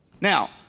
Now